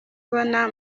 ubona